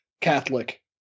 Catholic